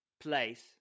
place